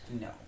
No